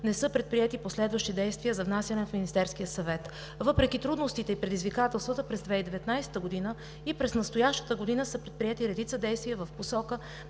не са предприети последващи действия за внасяне в Министерския съвет. Въпреки трудностите и предизвикателствата през 2019 г. и през настоящата година са предприети редица действия в посока